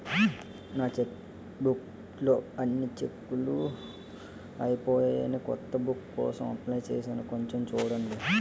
నా చెక్బుక్ లో అన్ని చెక్కులూ అయిపోయాయని కొత్త బుక్ కోసం అప్లై చేసాను కొంచెం చూడండి